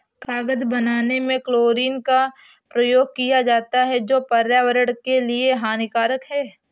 कागज बनाने में क्लोरीन का प्रयोग किया जाता है जो पर्यावरण के लिए हानिकारक है